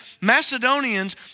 Macedonians